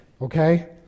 Okay